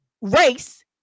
race